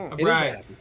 Right